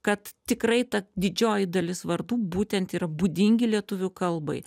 kad tikrai ta didžioji dalis vardų būtent yra būdingi lietuvių kalbai